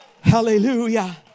Hallelujah